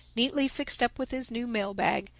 neatly fixed up with his new mail-bag,